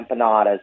empanadas